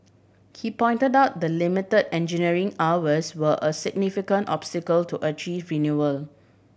he pointed out the limit engineering hours were a significant obstacle to achieving renewal